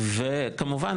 וכמובן,